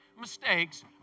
mistakes